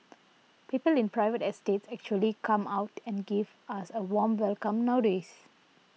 people in private estates actually come out and give us a warm welcome nowadays